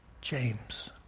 James